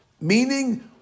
Meaning